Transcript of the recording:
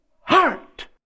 heart